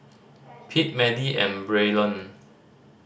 Pete Madie and Braylon